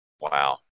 wow